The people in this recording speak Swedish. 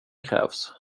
krävs